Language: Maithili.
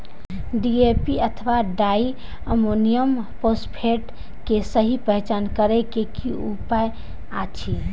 डी.ए.पी अथवा डाई अमोनियम फॉसफेट के सहि पहचान करे के कि उपाय अछि?